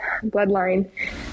bloodline